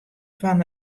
fan